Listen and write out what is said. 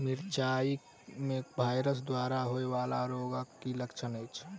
मिरचाई मे वायरस द्वारा होइ वला रोगक की लक्षण अछि?